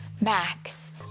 Max